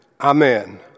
Amen